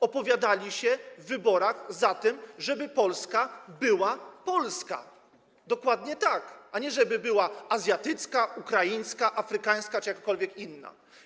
Opowiadali się w wyborach za tym, żeby Polska była polska, dokładnie tak, a nie żeby była azjatycka, ukraińska, afrykańska czy jakakolwiek inna.